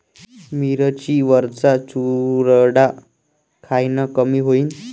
मिरची वरचा चुरडा कायनं कमी होईन?